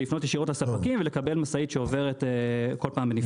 לפנות ישירות לספקים ולקבל משאית שעוברת כל פעם בנפרד.